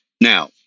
Now